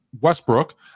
Westbrook